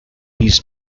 his